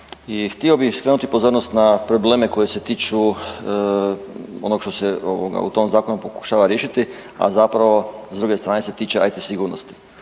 htio bih skrenuti pozornost na probleme koji se tiču onog što se u tom zakonu pokušava riješiti, a zapravo s druge strane se tiče IT sigurnosti.